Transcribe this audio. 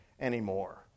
anymore